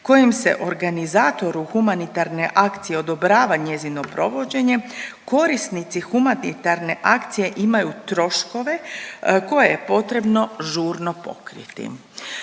kojim se organizatoru humanitarne akcije odobrava njezino provođenje, korisnici humanitarne akcije imaju troškove koje je potrebno žurno pokriti.